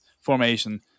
formation